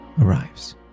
arrives